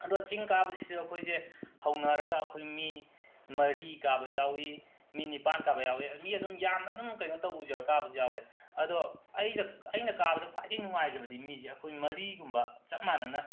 ꯑꯗꯣ ꯆꯤꯡ ꯀꯥꯕꯁꯤꯁꯨ ꯑꯩꯈꯣꯏꯁꯦ ꯍꯧꯅꯔꯒ ꯑꯩꯈꯣꯏ ꯃꯤ ꯃꯔꯤ ꯀꯥꯕ ꯌꯥꯎꯏ ꯃꯤ ꯅꯤꯄꯥꯟ ꯀꯥꯕ ꯌꯥꯎꯏ ꯃꯤ ꯑꯗꯨꯝ ꯌꯥꯝꯅ ꯑꯗꯨꯝ ꯀꯩꯅꯣ ꯇꯧꯕꯁꯨ ꯌꯥꯎꯋꯦ ꯀꯥꯕꯁꯨ ꯌꯥꯎꯋꯦ ꯑꯗꯣ ꯑꯩꯖ ꯑꯩꯅ ꯀꯥꯕꯗ ꯈ꯭ꯋꯥꯏꯗꯒꯤ ꯅꯨꯡꯉꯥꯏꯖꯕꯗꯤ ꯃꯤꯁꯦ ꯑꯩꯈꯣꯏ ꯃꯔꯤꯒꯨꯝꯕ ꯆꯞ ꯃꯥꯟꯅꯅ